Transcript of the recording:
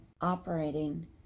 operating